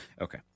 Okay